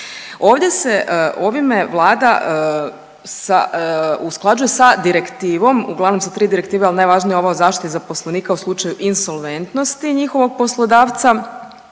Ovdje se ovime vlada usklađuje sa direktivom, uglavnom sa 3 direktive, ali najvažnija je ova o zaštiti zaposlenika u slučaju insolventnosti njihovog poslodavca